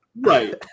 right